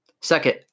Second